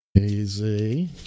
Easy